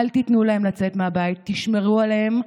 אל תיתנו להם לצאת מהבית, תשמרו עליהם,